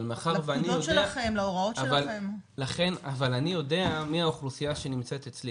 אבל מאחר ואני יודע מי האוכלוסייה שנמצאת אצלי